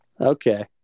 Okay